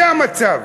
זה המצב.